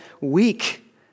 weak